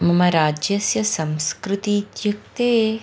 मम राज्यस्य संस्कृतिः इत्युक्ते